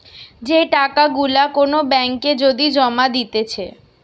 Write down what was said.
যে টাকা গুলা কোন ব্যাঙ্ক এ যদি জমা দিতেছে